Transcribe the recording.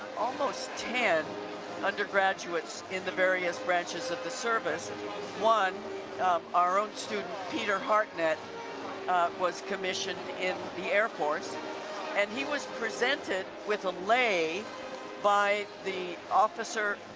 almost ten undergraduates in the various branches of the service, one our own student, peter hartnit was commissioned in the air force and he was presented with a lei by the officer